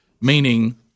meaning